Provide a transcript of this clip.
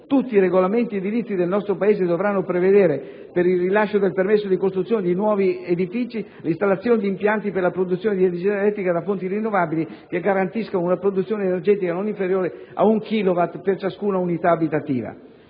tutti i regolamenti edilizi del nostro Paese dovranno prevedere per il rilascio del permesso di costruzione di nuovi edifici l'installazione di impianti per la produzione di energia elettrica da fonti rinnovabili che garantiscano una produzione energetica non inferiore ad un kilowatt per ciascuna unità abitativa.